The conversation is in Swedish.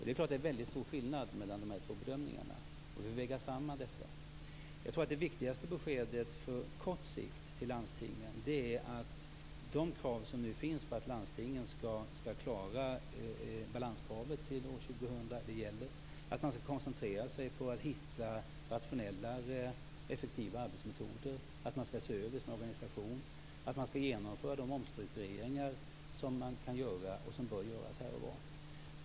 Det är en väldigt stor skillnad mellan de här två bedömningarna, och vi får väga samman dem. Jag tror att de viktigaste beskeden på kort sikt till landstingen är att villkoret att landstingen skall klara balanskravet till år 2000 gäller, att de skall koncentrera sig på att hitta rationellare effektiva arbetsmetoder, att de skall se över sin organisation och att de skall genomföra de omstruktureringar som de kan och bör göra här och var.